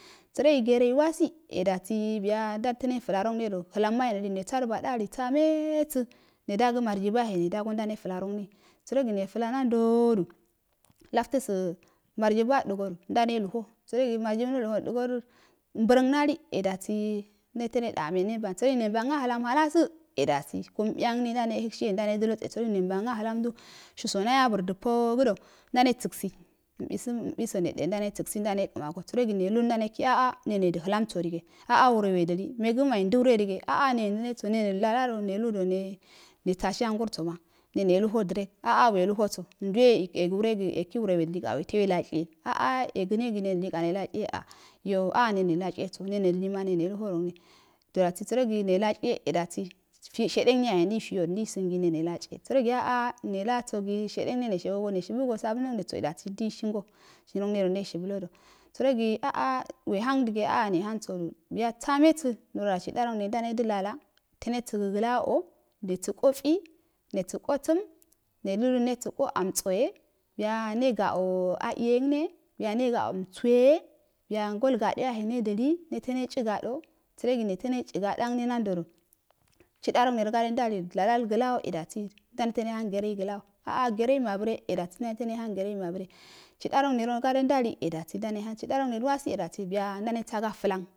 Sərog gerei wasi edasi biya ndame to neflarong nedo flang ma yahe nedili nesaduguado ali samesə nedasə miyibu yahe ne dago ndane flarongnu sərogi nefla nandodu laftəsə margibu adəgodu ndane luho sərogi marijibo nodəgodu mbərəg ame nembang sərəgi nemban bəlam halasə e dasi go mbiyangne ndane həgsihe ndan dəlo tseso nembang a həlando suso naya braədə poədo ndane səgəsi mbuse msiso nede ndane səgəsi ndane kəmago sərogi ndu ndane kigi a a nenedə həlamsodige a a wre we dili megəma yenduw redige a a neyendəneso ne dəlalado neludo ne osiya ngorsoma nenaluho dərek a a weluhosi nduwe yegi wre ye kigi wre we dili ka weto wela tchiye a iyo a'a ne nedatchiyeso ne nedilima ne neluho rangne dodasi sə rogi ne latchiye e dasi shede ngee yahe ndei fihodu nduisən gi ne nelatchiye gərogi aa nelasogi shedengne neshego go neshibuso sabun nognero edasi ndishingo dirongno neshibulolo sərogi la'a wehandigi wa nehang sodu biya bame sə nododa chidarangne ndame səlala tone səgə glawo'o nesəo tee nesa'o sa'mi nelu do ne sa'o amtsoye biyu nego'o a'eyengne biyu nega'o msuye biyu gal gado yahe nedili neto netohi gado sərogi neto ne tchigado angne nandodu chidarangne gade ndali lalal glaud e dasi ndame to nehang gegei glawo a'a gerei malure e dasi ndane neko nehang gere mabre chidarongnero gade ndali e dasi ndane hang chidarongnewasi biya ndane sagaglang,